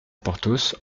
porthos